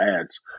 ads